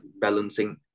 balancing